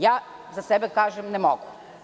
Ja za sebe kažem da ne mogu.